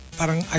parang